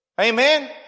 Amen